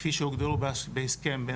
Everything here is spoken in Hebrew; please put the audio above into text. כפי שהוגדרו בהסכם.